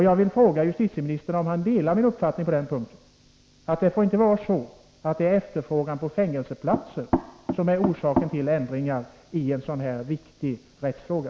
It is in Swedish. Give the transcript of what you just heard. Jag vill fråga justitieministern om han delar min uppfattning, att det inte får vara så att efterfrågan på fängelseplatser skall föranleda ändringar i en sådan här viktig rättsfråga.